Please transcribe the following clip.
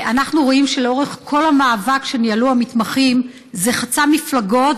אנחנו רואים שלאורך כל המאבק שניהלו המתמחים זה חצה מפלגות,